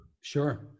Sure